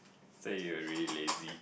say you're really lazy